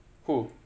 who